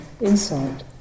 insight